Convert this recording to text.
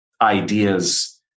ideas